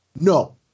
No